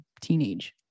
teenage